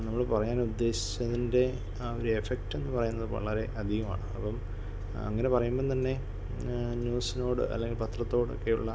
നമ്മൾ പറയാൻ ഉദ്ദേശിച്ചതിൻ്റെ ആ ഒരു എഫക്റ്റ് എന്ന് പറയുന്നത് വളരെ അധികമാണ് അപ്പം അങ്ങനെ പറയുമ്പം തന്നെ ന്യൂസിനോട് അല്ലെങ്കിൽ പത്രത്തോട് ഒക്കെയുള്ള